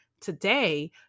Today